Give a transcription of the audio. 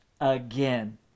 again